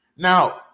now